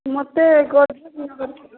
ମୋତେ ଗୋଦ୍ରେଜ୍ ଏଇନା ଦରକାର